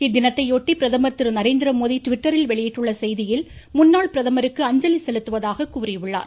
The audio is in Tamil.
இத்தினத்தையொட்டி பிரதமர் திருநரேந்திரமோடி ட்விட்டரில் வெளியிட்டுள்ள செய்தியில் முன்னாள் பிரதமருக்கு அஞ்சலி செலுத்துவதாக கூறியுள்ளார்